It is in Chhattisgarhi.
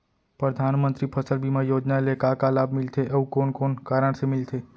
परधानमंतरी फसल बीमा योजना ले का का लाभ मिलथे अऊ कोन कोन कारण से मिलथे?